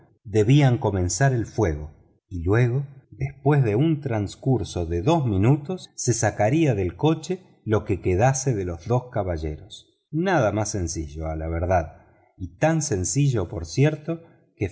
debía comenzar el fuego y luego después de un transcurso de dos minutos se sacaría del coche lo que quedase de los dos caballeros nada más sencillo a la verdad y tan sencillo por cierto